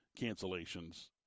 cancellations